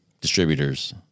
distributors